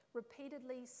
repeatedly